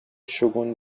شگون